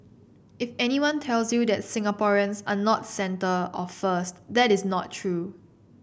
if anyone tells you that Singaporeans are not centre or first that is not true